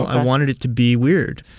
i wanted it to be weird.